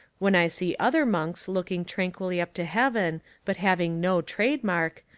when i see other monks looking tranquilly up to heaven but having no trademark,